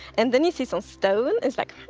and then you see some stone. it's like,